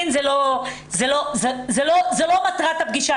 זאת לא מטרת הפגישה.